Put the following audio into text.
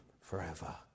forever